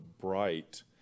bright